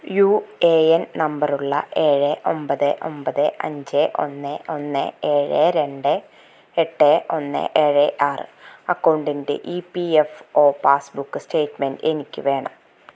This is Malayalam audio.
യു എ എൻ നമ്പറുള്ള ഏഴ് ഒൻപത് ഒൻപത് അഞ്ച് ഒന്ന് ഒന്ന് ഏഴ് രണ്ട് എട്ട് ഒന്ന് ഏഴ് ആറ് അക്കൗണ്ടിൻ്റെ E P F O passbook statement എനിക്ക് വേണം